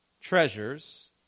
treasures